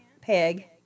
peg